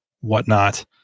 whatnot